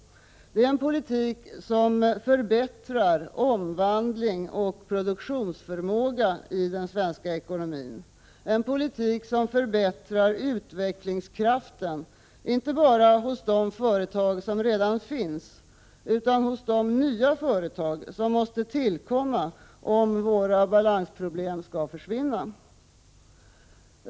Det är en politik som förbättrar omvandling och produktionsförmåga i den svenska ekonomin, en politik som förbättrar utvecklingskraften inte bara hos de företag som redan finns utan hos de nya företag som måste tillkomma, om våra balansproblem skall försvinna.